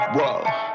Whoa